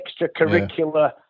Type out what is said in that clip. extracurricular